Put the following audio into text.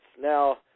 Now